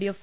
DF